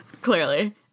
Clearly